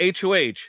HOH